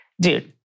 dude